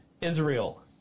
israel